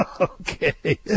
Okay